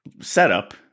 setup